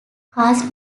cast